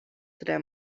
tre